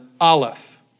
Aleph